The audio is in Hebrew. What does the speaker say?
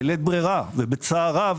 בלית ברירה ובצער רב,